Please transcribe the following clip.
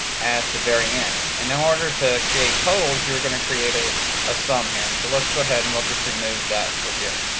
at the very end. and in order to create totals, you're going to create a ah sum here. and so let's go ahead and we'll just remove that for here.